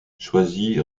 choisi